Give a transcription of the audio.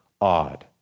odd